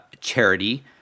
charity